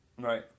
Right